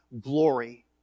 glory